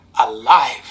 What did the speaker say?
alive